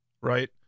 right